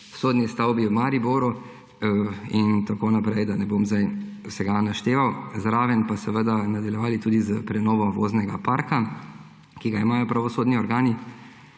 sodni stavbi v Mariboru in tako naprej, da ne bom zdaj vsega našteval. zraven pa seveda nadaljevali tudi s prenovo voznega parka, ki ga imajo pravosodni organi.